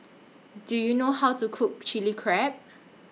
Do YOU know How to Cook Chilli Crab